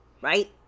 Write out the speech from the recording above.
right